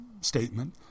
statement